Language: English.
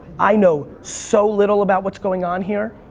i know so little about what's going on here.